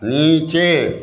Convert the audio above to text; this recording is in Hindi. नीचे